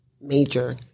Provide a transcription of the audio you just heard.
major